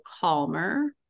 calmer